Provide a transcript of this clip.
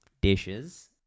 dishes